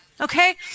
Okay